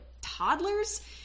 toddlers